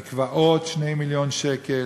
על מקוואות, 2 מיליון שקל.